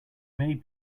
may